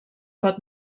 pot